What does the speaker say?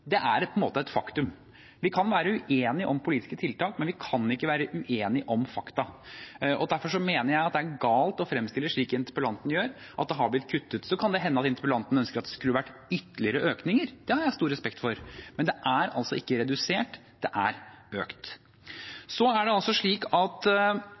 Vi kan være uenige om politiske tiltak, men vi kan ikke være uenige om fakta. Derfor mener jeg det er galt å fremstille det slik interpellanten gjør, at det har blitt kuttet. Så kan det hende at interpellanten ønsker at det skulle vært ytterligere økninger, og det har jeg stor respekt for, men det er altså ikke redusert, det er økt. I tillegg var interpellanten inne på og ga inntrykk av at